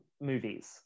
movies